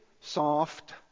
soft